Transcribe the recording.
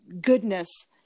goodness